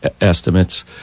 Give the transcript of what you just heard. estimates